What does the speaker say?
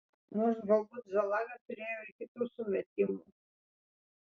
nors galbūt zalaga turėjo ir kitų sumetimų